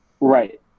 Right